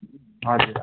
हजुर